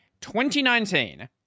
2019